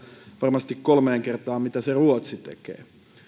varmasti kolmeen kertaan mitä se ruotsi tekee